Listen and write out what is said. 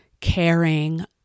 caring